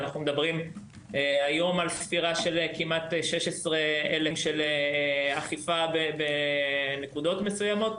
אנחנו מדברים היום על ספירה של כמעט 16,000 כלואים בשירות בתי הסוהר,